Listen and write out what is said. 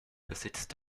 besitzt